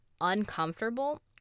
uncomfortable